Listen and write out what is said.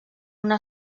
una